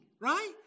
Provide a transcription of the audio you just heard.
right